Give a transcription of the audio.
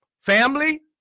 Family